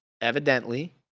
evidently